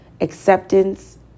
acceptance